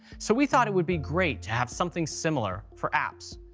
so we thought it would be great to have something similar for apps.